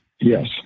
yes